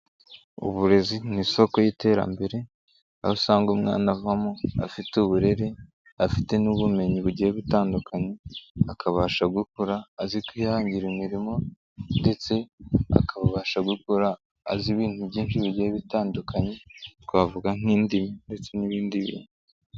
Uburezi ni isoko y'iterambere, aho usanga umwana avamo afite uburere, afite n'ubumenyi bugiye gutandukanye, akabasha gukora azi kwihangira imirimo ndetse akabasha gukora azi ibintu byinshi bigenda bitandukanye, twavuga nk'indimi ndetse n'ibindi bintu.